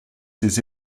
ces